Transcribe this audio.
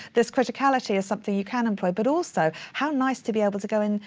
this criticality is something you can employ, but also how nice to be able to go in,